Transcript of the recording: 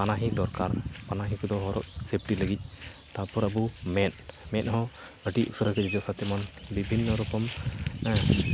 ᱯᱟᱱᱟᱦᱤ ᱫᱚᱨᱠᱟᱨ ᱯᱟᱱᱟᱦᱤ ᱠᱚᱫᱚ ᱦᱚᱨᱚᱜ ᱥᱮᱯᱷᱴᱤ ᱞᱟᱹᱜᱤᱫ ᱛᱟᱯᱚᱨ ᱟᱹᱵᱩ ᱢᱮᱫ ᱢᱮᱫᱦᱚᱸ ᱟᱹᱰᱤ ᱩᱥᱟᱹᱨᱟᱜᱤ ᱛᱮᱢᱚᱱ ᱵᱤᱵᱷᱤᱱᱱᱚ ᱨᱚᱠᱚᱢ